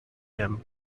him